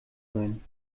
sein